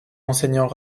enseignant